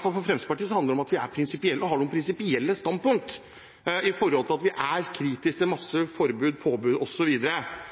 for Fremskrittspartiet handler det om at vi er prinsipielle og har noen prinsipielle standpunkt om at vi er kritisk til masse